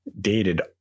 dated